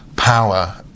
power